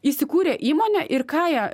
įsikūrė įmonė ir ką ją